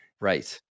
right